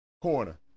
corner